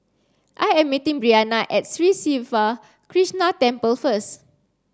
I am meeting Breana at Sri Siva Krishna Temple first